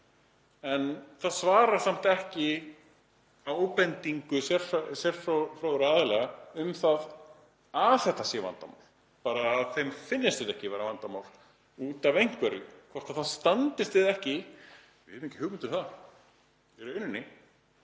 En það svarar samt ekki ábendingu sérfróðra aðila um það að þetta sé vandamál, heldur bara að þeim finnist þetta ekki vera vandamál út af einhverju. Hvort það standist eða ekki, við höfum ekki hugmynd um það í rauninni